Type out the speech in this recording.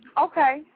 Okay